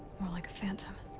more like a phantom.